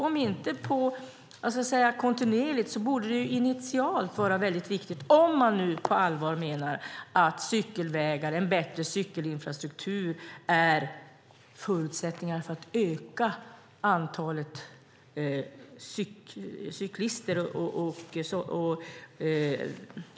Om det inte sker kontinuerligt borde det i alla fall vara viktigt initialt, om man nu på allvar menar att cykelvägar och en bättre cykelinfrastruktur är förutsättningar för att öka antalet cyklister.